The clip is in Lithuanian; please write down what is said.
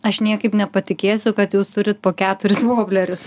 aš niekaip nepatikėsiu kad jūs turit po keturis voblerius